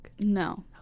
No